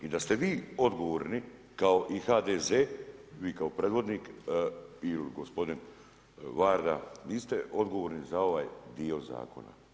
I da ste vi odgovorni kao i HDZ, vi kao predvodnik i gospodin Varda, vi ste odgovorni za ovaj dio zakona.